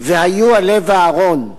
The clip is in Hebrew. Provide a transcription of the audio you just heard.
"והיו על לב אהרן,